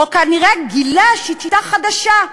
או כנראה גילה שיטה חדשה,